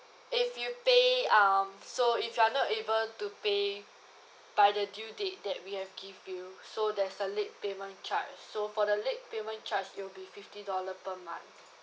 if you pay um so if you're not able to pay by the due date that we have give you so there's a late payment charge so for the late payment charge it'll be fifty dollar per month